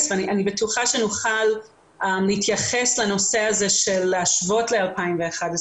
נמשיך לעשות את ההשוואות האלה ואני